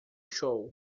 show